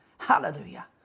Hallelujah